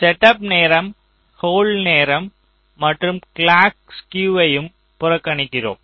setup நேரம் hold நேரம் மற்றும் கிளாக் ஸ்குயுவையும் புறக்கணிக்கிறோம்